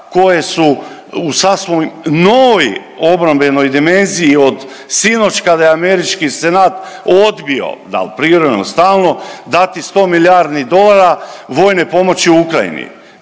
koje su u sasvim novi obrambenoj dimenziji od sinoć kada je američki Senat odbio, dal privremeno ili stalno, dati 100 milijardi dolara vojnoj pomoći u Ukrajini.